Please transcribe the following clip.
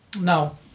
Now